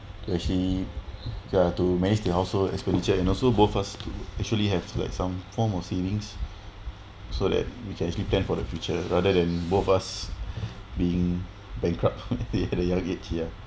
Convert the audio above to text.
to actually ya to manage the household expenditure and also both of us actually have like some form of savings so that we can actually plan for the future rather than both of us being bankrupt at the young age ya